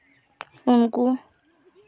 ᱩᱱᱠᱩ